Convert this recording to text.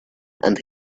and